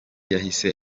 yahise